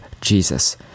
Jesus